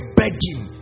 begging